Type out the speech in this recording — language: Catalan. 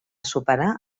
superar